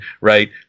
right